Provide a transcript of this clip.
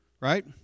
right